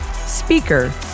speaker